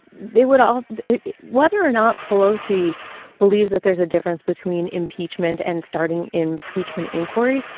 they would all whether or not pelosi believes that there's a difference between impeachment and starting impeachment inquiry,